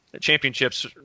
championships